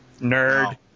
Nerd